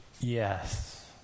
Yes